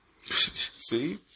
see